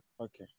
Okay